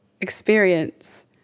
experience